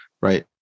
right